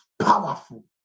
powerful